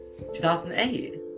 2008